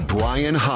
Brian